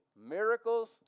miracles